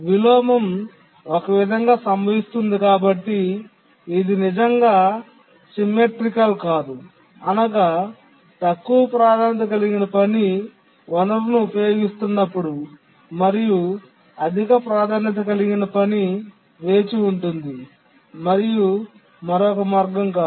విలోమం ఒక విధంగా సంభవిస్తుంది కాబట్టి ఇది నిజంగా సుష్ట కాదు అనగా తక్కువ ప్రాధాన్యత కలిగిన పని వనరును ఉపయోగిస్తున్నప్పుడు మరియు అధిక ప్రాధాన్యత కలిగిన పని వేచి ఉంది మరియు మరొక మార్గం కాదు